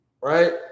right